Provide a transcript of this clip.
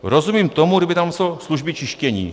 Rozumím tomu, kdyby tam psal služby čištění.